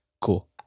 Cool